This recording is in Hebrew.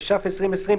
התש"ף-2020,